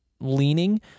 leaning